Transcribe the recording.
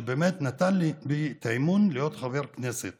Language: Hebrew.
שבאמת נתן בי את האמון להיות חבר כנסת